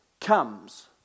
comes